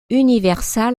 universal